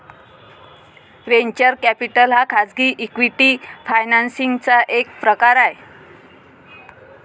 venture capital हा खाजगी equity financing चा एक प्रकार आहे